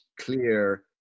clear